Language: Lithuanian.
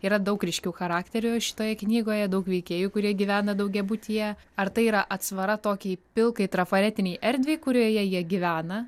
yra daug ryškių charakterių šitoje knygoje daug veikėjų kurie gyvena daugiabutyje ar tai yra atsvara tokiai pilkai trafaretinei erdvei kurioje jie gyvena